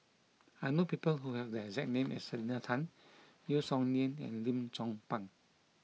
I know people who have the exact name as Selena Tan Yeo Song Nian and Lim Chong Pang